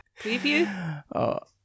Preview